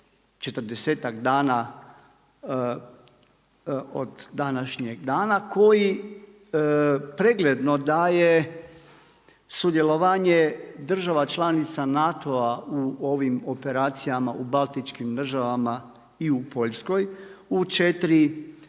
četrdesetak dana od današnjeg dana koji pregledno daje sudjelovanje država članica NATO-a u ovim operacijama u baltičkim državama i u Poljskoj u 4